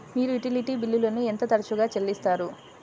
మీరు యుటిలిటీ బిల్లులను ఎంత తరచుగా చెల్లిస్తారు?